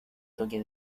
toque